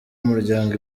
umuryango